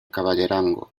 caballerango